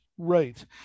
Right